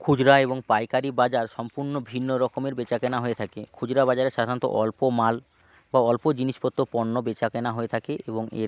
খুচরা এবং পাইকারি বাজার সম্পূর্ণ ভিন্ন রকমের বেচা কেনা হয়ে থাকে খুচরো বাজারে সাধারণত অল্প মাল বা অল্প জিনিসপত্র পণ্য বেচা কেনা হয়ে থাকে এবং এর